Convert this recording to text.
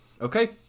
Okay